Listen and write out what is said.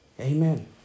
Amen